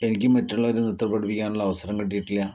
എനിക്ക് മറ്റുള്ളവരെ നൃത്തം പഠിപ്പിക്കാനുള്ള അവസരം കിട്ടിയിട്ടില്ല